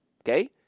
okay